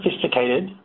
sophisticated